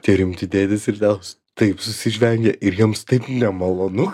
tie rimti dėdės ir tetos taip susižvengia ir jiems taip nemalonu